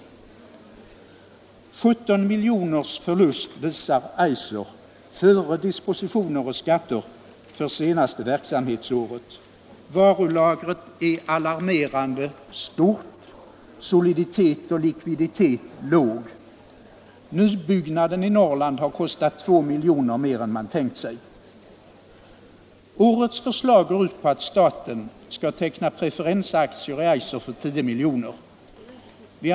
En förlust på 17 milj.kr. visar Eiser före dispositioner och skatter för det senaste verksamhetsåret. Varulagret är alarmerande stort, soliditet och likviditet låga. Nybyggnaden i Norrland har kostat 2 milj.kr. mer än man hade tänkt sig. Årets förslag går ut på att staten skall teckna preferensaktier i Eiser för 10 milj.kr.